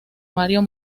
mario